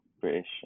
British